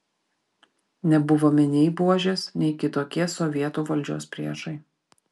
nebuvome nei buožės nei kitokie sovietų valdžios priešai